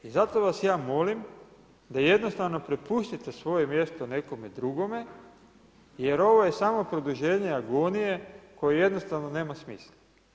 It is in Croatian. Zato vas ja molim da jednostavno prepustite svoje mjesto nekome dugome jer ovo je samo produženje agonije kojoj jednostavno nema smisla.